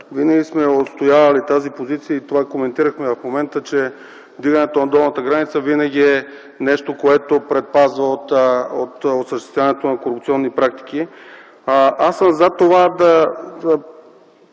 винаги сме отстоявали тази позиция. Това коментирахме в момента, че вдигането на долната граница винаги е нещо, което предпазва от осъществяването на корупционни практики. Аз съм за това да